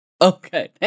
Okay